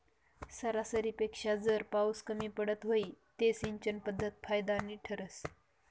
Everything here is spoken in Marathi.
सरासरीपेक्षा जर पाउस कमी पडत व्हई ते सिंचन पध्दत फायदानी ठरस